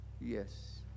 yes